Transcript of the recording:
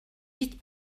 hit